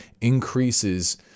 increases